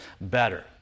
better